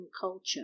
culture